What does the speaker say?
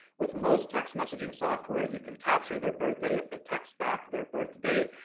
with most text messaging software, you can capture their birthday if they text back their birth date,